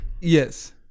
Yes